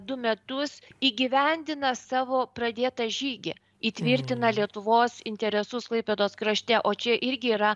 du metus įgyvendina savo pradėtą žygį įtvirtina lietuvos interesus klaipėdos krašte o čia irgi yra